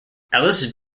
alice